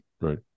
right